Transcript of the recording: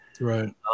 Right